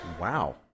Wow